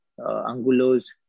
Angulo's